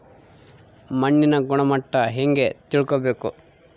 ಮಣ್ಣಿನ ಗುಣಮಟ್ಟ ಹೆಂಗೆ ತಿಳ್ಕೊಬೇಕು?